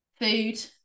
Food